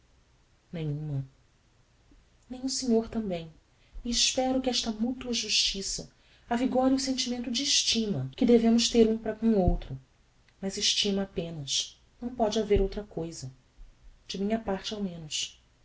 nenhuma nem o senhor tambem e espero que esta mutua justiça avigore o sentimento de estima devemos ter um para com o outro mas estima apenas não póde haver outra cousa da minha parte ao menos